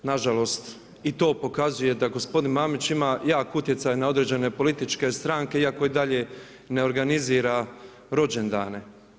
Nažalost i to pokazuje da gospodin Mamić ima jak utjecaj na određene političke strane iako i dalje ne organizirane rođendane.